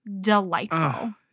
delightful